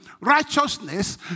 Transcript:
righteousness